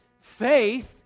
faith